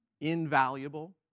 Invaluable